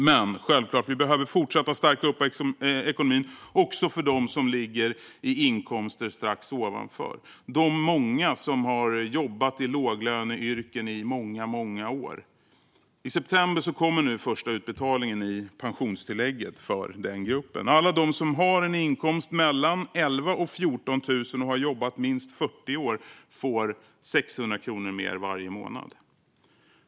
Men självklart behöver vi fortsätta att stärka ekonomin också för dem som ligger på inkomster strax ovanför, de många som har jobbat i låglöneyrken i många år. I september kommer den första utbetalningen av pensionstillägget för den gruppen. Alla som har en inkomst på 11 000-14 000 och har jobbat minst 40 år får 600 kronor mer varje månad.